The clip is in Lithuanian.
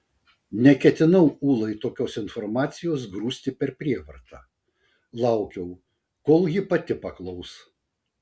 neketinau ulai tokios informacijos grūsti per prievartą laukiau kol ji pati paklaus